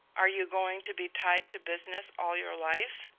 are you going to be tied to business all your life?